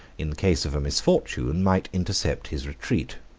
in case of a misfortune, might intercept his retreat.